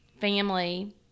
family